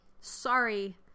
sorry